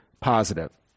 positive